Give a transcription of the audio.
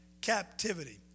captivity